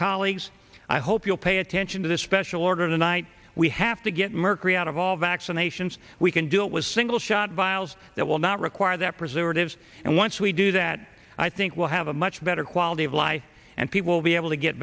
colleagues i hope you'll pay attention to this special order tonight we have to get mercury out of all vaccinations we can do it was single shot viles that will not require that preservatives and once we do that i think we'll have a much better quality of life and people be able to get